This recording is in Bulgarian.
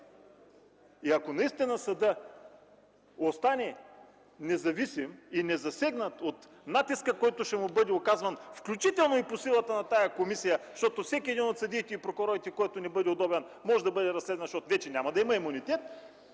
И ако наистина съдът остане независим и незасегнат от натиска, който ще му бъде оказван, включително и по силата на тази комисия, защото всеки един от съдиите и прокурорите, който не бъде удобен, може да бъде разследван, защото вече няма да има имунитет,